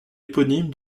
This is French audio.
éponyme